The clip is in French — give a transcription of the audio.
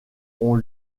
ont